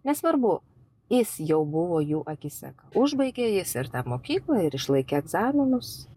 nesvarbu jis jau buvo jų akyse užbaigė jis ir tą mokyklą ir išlaikė egzaminus